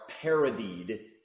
parodied